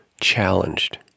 Challenged